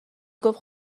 گفت